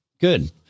Good